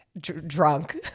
Drunk